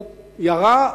הוא ירה,